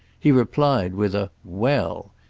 he replied with a well!